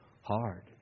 hard